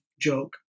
joke